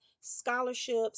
scholarships